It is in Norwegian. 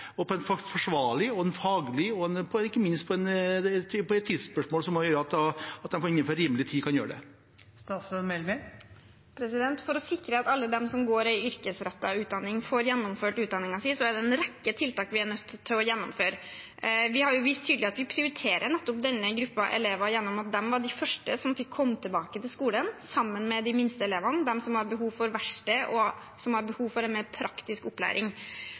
på en forsvarlig og faglig måte, og at de får gjort det innenfor rimelig tid? For å sikre at alle dem som går i yrkesrettet utdanning, får gjennomført utdanningen sin, er det en rekke tiltak vi er nødt til å gjennomføre. Vi har vist tydelig at vi prioriterer nettopp denne gruppen elever gjennom at de var de første, sammen med de minste elevene, som fikk komme tilbake til skolen – de som har behov for verksted, og som har behov for en mer praktisk opplæring.